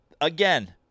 again